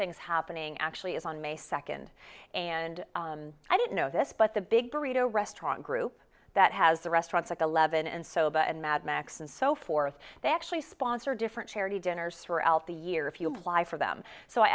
things happening actually is on may second and i didn't know this but the big burrito restaurant group that has a restaurant like eleven and sober and mad max and so forth they actually sponsor different charity dinners throughout the year if you apply for them so i